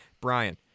brian